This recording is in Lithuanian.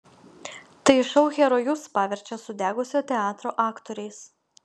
tai šou herojus paverčia sudegusio teatro aktoriais